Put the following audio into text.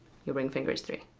your ring finger is three.